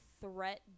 threat